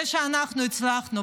זה שאנחנו הצלחנו,